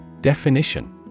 Definition